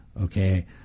Okay